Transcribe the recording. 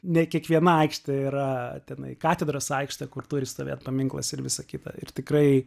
ne kiekviena aikštė yra tenai katedros aikštė kur turi stovėti paminklas ir visa kita ir tikrai